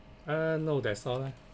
uh no that's all lah